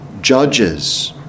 judges